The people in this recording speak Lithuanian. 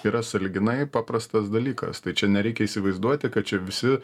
yra sąlyginai paprastas dalykas tai čia nereikia įsivaizduoti kad čia visi